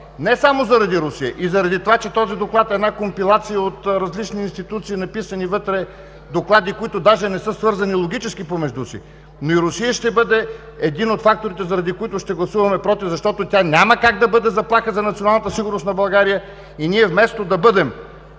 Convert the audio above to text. Не само заради Русия, а и заради това, че този доклад е една компилация от различни институции, написали вътре доклади, които даже да не са свързани логически помежду си. Русия ще бъде един от факторите, заради които ще гласуваме „против“, защото тя няма как да бъде заплаха за националната сигурност на България и ние вместо да бъдем